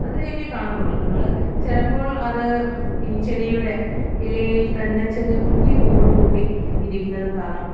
അത്രയൊക്കേ കാണത്തുള്ളൂ ഞങ്ങള് ചിലപ്പോൾ അത് ഈ ചെടിയുടെ ഇലയിൽ തന്നെ കുഞ്ഞി കൂട് കൂട്ടി ഇരിക്കുന്നത് കാണാം